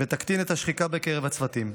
ותקטין את השחיקה של הצוותים.